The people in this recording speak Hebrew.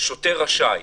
שוטר רשאי.